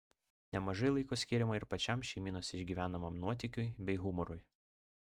nemažai laiko skiriama ir pačiam šeimynos išgyvenamam nuotykiui bei humorui